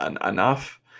enough